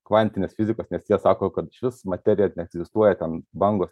kvantinės fizikos nes jie sako kad išvis materija egzistuoja ten bangos